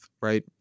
right